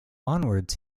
onwards